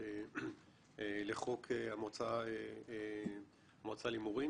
התיקון לחוק המועצה להימורים.